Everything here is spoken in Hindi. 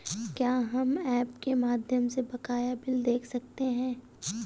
क्या हम ऐप के माध्यम से बकाया बिल देख सकते हैं?